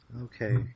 Okay